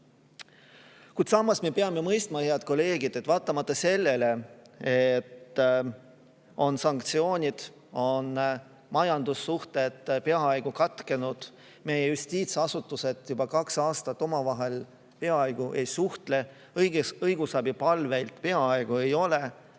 samas me peame mõistma, head kolleegid, et vaatamata sellele, et on sanktsioonid ja majandussuhted on peaaegu katkenud ning meie justiitsasutused ei ole juba kaks aastat omavahel peaaegu üldse suhelnud, õigusabipalveid peaaegu ei ole,